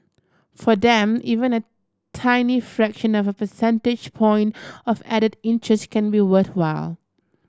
for them even a tiny fraction of a percentage point of added interest can be worthwhile